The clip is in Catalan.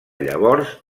llavors